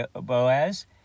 Boaz